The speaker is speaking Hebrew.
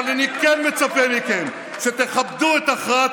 אבל אני כן מצפה מכם שתכבדו את הכרעת